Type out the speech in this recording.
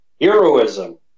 Heroism